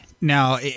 Now